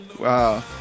Wow